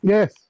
Yes